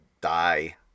die